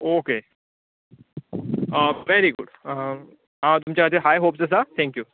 okay very good तुमचे खातीर high hopes आसा थँक्यू